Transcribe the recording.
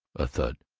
a thud.